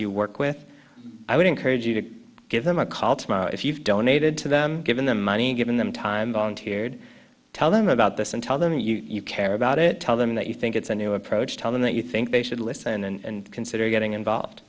you work with i would encourage you to give them a call tomorrow if you've donated to them giving them money given them time volunteered tell them about this and tell them you care about it tell them that you think it's a new approach tell them what you think they should listen and consider getting involved